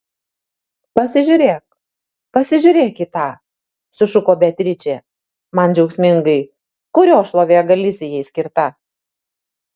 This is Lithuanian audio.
pasižiūrėk pasižiūrėk į tą sušuko beatričė man džiaugsmingai kurio šlovė galisijai skirta